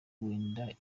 wenda